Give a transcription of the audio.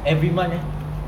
every month eh